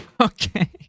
Okay